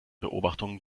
beobachtungen